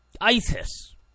ISIS